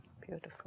Beautiful